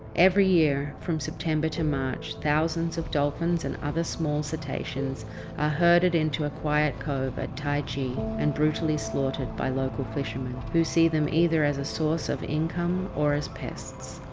every year from september to march, thousands of dolphins and other small cetaceans are ah herded into a quiet cove at taiji and brutally slaughtered by local fishermen, who see them either as a source of income or as pests.